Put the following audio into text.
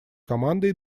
командой